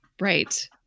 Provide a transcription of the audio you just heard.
Right